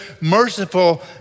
merciful